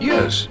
Yes